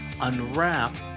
unwrap